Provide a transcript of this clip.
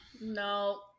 No